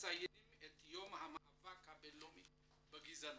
מציינים את יום המאבק הבינלאומי בגזענות.